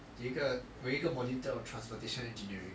有一个我有一个 module 叫 transportation engineering